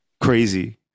crazy